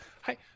hi